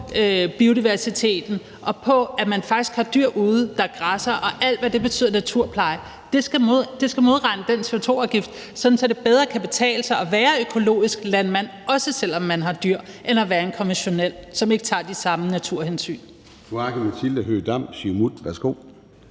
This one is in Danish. biodiversiteten og på, at man faktisk har dyr ude, der græsser, og alt, hvad det betyder af naturpleje. Det skal modregne den CO2-afgift, sådan at det bedre kan betale sig at være økologisk landmand, også selv om man har dyr, end at være konventionel landmand, som ikke tager de samme naturhensyn.